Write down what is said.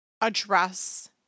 address